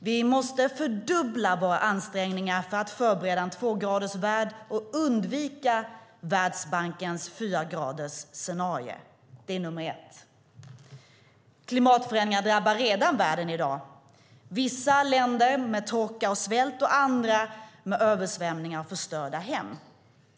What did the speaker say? Vi måste fördubbla våra ansträngningar för att förbereda en tvågradersvärld och undvika Världsbankens fyragradersscenario - det är nummer ett. Klimatförändringar drabbar världen redan i dag, vissa länder med torka och svält, andra med översvämningar och förstörda hem.